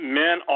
men